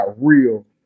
real